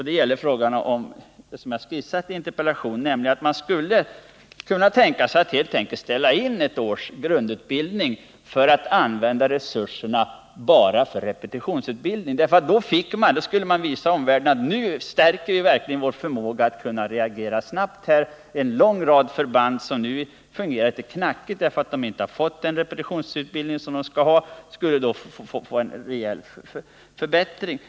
Det gäller frågan om, som jag har skissat i interpellationen, att man skulle kunna tänka sig att helt enkelt ställa in ett års grundutbildning för att använda utbildningsresurserna bara för repetitionsutbildning. Då skulle man visa omvärlden att nu stärker vi verkligen vår förmåga att reagera snabbt. En lång rad förband som nu fungerar litet knackigt därför att de inte har fått behövlig repetitionsutbildning skulle då få en rejäl förbättring.